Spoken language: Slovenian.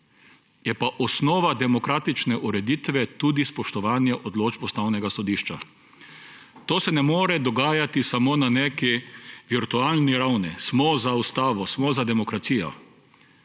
je pa osnova demokratične ureditve tudi spoštovanje odločb Ustavnega sodišča. To se ne more dogajati samo na neki virtualni ravni. Smo za ustavo, smo za demokracijo,